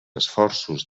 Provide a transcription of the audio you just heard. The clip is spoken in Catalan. esforços